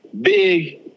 Big